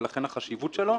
ולכן חשיבותו.